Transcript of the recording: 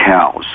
cows